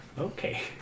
Okay